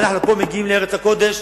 ואנחנו פה היום מגיעים לארץ הקודש,